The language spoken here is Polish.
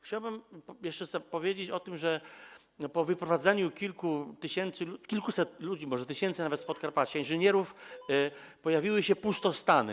Chciałbym jeszcze powiedzieć, że po wyprowadzeniu kilku tysięcy, kilkuset ludzi, może tysięcy nawet z Podkarpacia, inżynierów, pojawiły się pustostany.